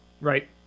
Right